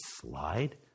slide